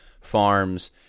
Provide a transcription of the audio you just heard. farms